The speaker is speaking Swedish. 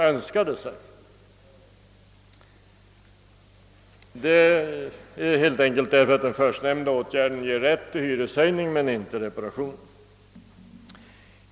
Orsaken är helt enkelt den att den förstnämnda åtgärden ger rätt till hyreshöjning men inte reparationer.